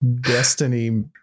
destiny